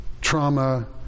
trauma